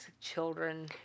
children